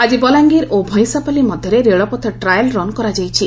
ଆକି ବଲାଙ୍ଗୀର ଓ ଭଇଁସାପାଲ୍ଲୀ ମଧ୍ଧରେ ରେଳପଥ ଟ୍ରାଏଲ୍ ରନ୍ କରାଯାଇଛି